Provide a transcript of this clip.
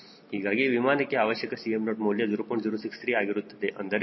ಹೀಗಾಗಿ ವಿಮಾನಕ್ಕೆ ಅವಶ್ಯಕ Cm0 ಮೌಲ್ಯ 0